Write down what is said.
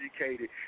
educated